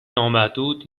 نامحدود